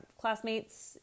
classmates